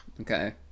Okay